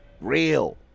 real